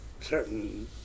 Certain